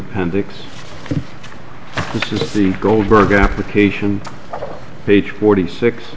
appendix which is the goldberg application page forty six